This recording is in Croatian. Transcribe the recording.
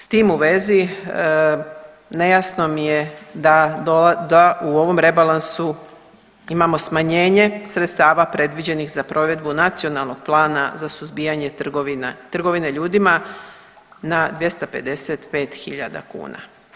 S tim u vezi nejasno mi je da u ovom rebalansu imamo smanjenje sredstava predviđenih za provedbu Nacionalnog plana za suzbijanje trgovine ljudima na 255 hiljada kuna.